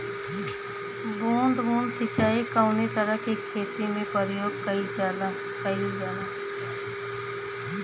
बूंद बूंद सिंचाई कवने तरह के खेती में प्रयोग कइलजाला?